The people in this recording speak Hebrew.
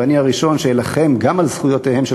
ואני הראשון שאלחם גם על זכויותיהם של